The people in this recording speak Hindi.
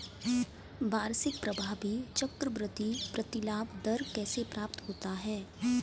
वार्षिक प्रभावी चक्रवृद्धि प्रतिलाभ दर कैसे प्राप्त होता है?